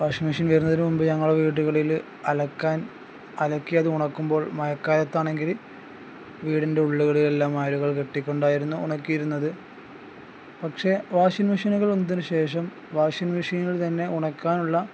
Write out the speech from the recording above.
washing machine വരുന്നതിന് മുമ്പ് ഞങ്ങൾ വീടുകളിൽ അലക്കാൻ അലക്കിയത് ഉണക്കുമ്പോൾ മഴക്കാലത്താണെങ്കിൽ വീടിൻ്റെ ഉള്ളുകളെല്ലാം മലുകൾ കെട്ടിക്കൊണ്ടായിരുന്നു ഉണക്കിയിരുന്നത് പക്ഷേ വാഷിംഗ് മെഷീനുകൾ വന്നതിന് ശേഷം വാഷിംഗ് മെഷീനിൽ തന്നെ ഉണക്കാനുള്ള